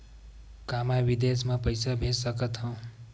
का मैं विदेश म पईसा भेज सकत हव?